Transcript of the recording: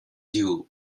you